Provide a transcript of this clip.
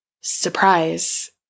surprise